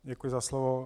Děkuji za slovo.